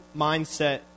mindset